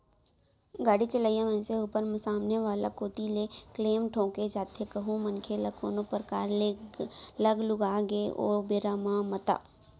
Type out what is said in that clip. गाड़ी चलइया मनसे ऊपर सामने वाला कोती ले क्लेम ठोंके जाथे कहूं मनखे ल कोनो परकार ले लग लुगा गे ओ बेरा म ता